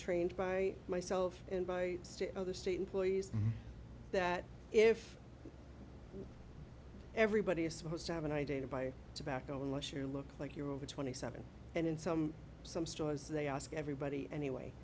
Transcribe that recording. trained by myself invites to other state employees that if everybody is supposed to have an id to buy tobacco unless you're look like you're over twenty seven and in some some stores they ask everybody anyway